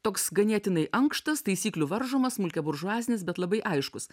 toks ganėtinai ankštas taisyklių varžomas smulkiaburžuazinis bet labai aiškus